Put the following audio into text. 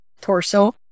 torso